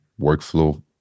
workflow